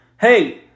Hey